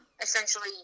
essentially